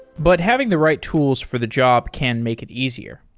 but having the right tools for the job can make it easier.